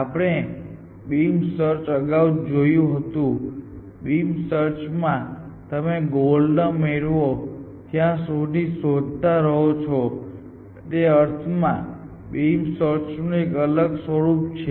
આપણે beam search અગાઉ જોયું હતું બીમ સર્ચ માં તમે ગોલ ન મેળવો ત્યાં સુધી શોધતા રહો છો તે અર્થમાં બીમ સર્ચનું એક અલગ સ્વરૂપ છે